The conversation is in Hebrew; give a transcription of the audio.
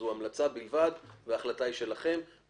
זו המלצה בלבד וההחלטה היא של משרד הבריאות.